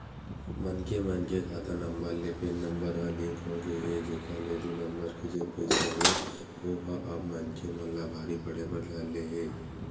मनखे मन के खाता नंबर ले पेन नंबर ह लिंक होगे हे जेखर ले दू नंबर के जेन पइसा हे ओहा अब मनखे मन ला भारी पड़े बर धर ले हे